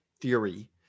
theory